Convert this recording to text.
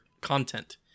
content